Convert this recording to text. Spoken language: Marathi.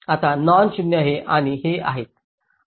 आता नॉन 0 हे आणि हे आहेत